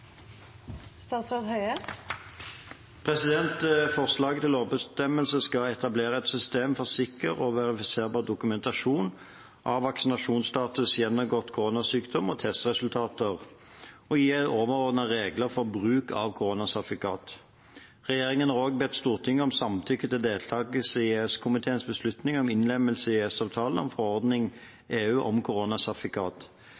Forslaget til lovbestemmelse skal etablere et system for sikker og verifiserbar dokumentasjon av vaksinasjonsstatus, gjennomgått koronasykdom og testresultater og gi overordnede regler for bruk av koronasertifikat. Regjeringen har også bedt Stortinget om samtykke til deltakelse i EØS-komiteens beslutning om innlemmelse i EØS-avtalen av EU-forordningen om